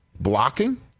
blocking